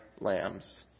lambs